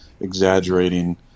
exaggerating